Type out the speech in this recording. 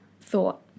thought